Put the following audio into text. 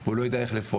או לא יודע איך לפעול.